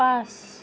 পাঁচ